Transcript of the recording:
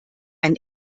ein